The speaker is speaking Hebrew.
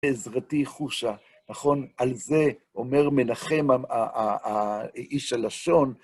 בעזרתי חושה, נכון? על זה אומר מנחם, האיש הלשון.